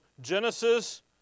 Genesis